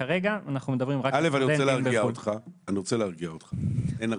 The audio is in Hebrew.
אני רוצה להרגיע אותך, אין הרבה.